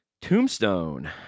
Tombstone